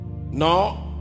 No